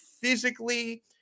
physically